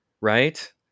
right